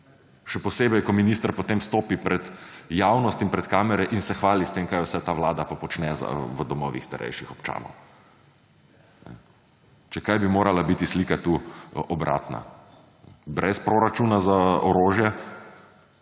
še posebej, ko minister potem stopi pred javnost in pred kamere in se hvali s tem kaj vse ta vlada počne v domovih starejših občanov. Če kaj bi morala biti slika tu obratna, brez proračuna za orožje,